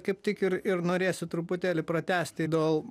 kaip tik ir ir norėsiu truputėlį pratęsti dėl